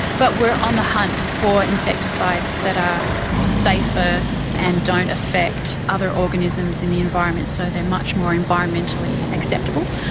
but we are on the hunt for insecticides that are ah safer and don't affect other organisms in the environment, so they are much more environmentally acceptable,